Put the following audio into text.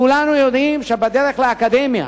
כולנו יודעים שבדרך לאקדמיה,